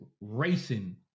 racing